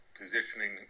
positioning